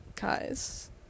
guys